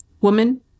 woman